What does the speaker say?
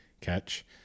catch